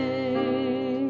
day